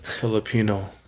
Filipino